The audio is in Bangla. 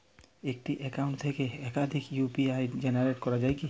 একটি অ্যাকাউন্ট থেকে একাধিক ইউ.পি.আই জেনারেট করা যায় কি?